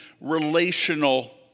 relational